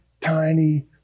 tiny